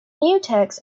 mutex